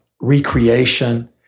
recreation